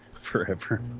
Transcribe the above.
Forever